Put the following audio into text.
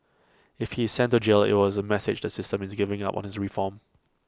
if he is sent to jail IT was A message the system is giving up on his reform